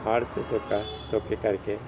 ਹੜ੍ਹ ਅਤੇ ਸੋਕਾ ਸੋਕੇ ਕਰਕੇ